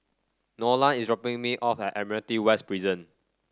Nolan is dropping me off at Admiralty West Prison